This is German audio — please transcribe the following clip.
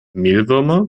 mehlwürmer